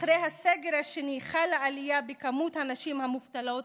אחרי הסגר השני חלה עלייה במספר הנשים המובטלות,